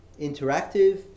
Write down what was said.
interactive